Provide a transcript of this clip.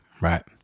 Right